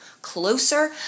closer